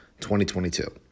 2022